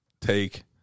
take